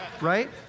right